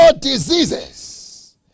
diseases